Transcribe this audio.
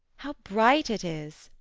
how bright it is!